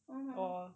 mmhmm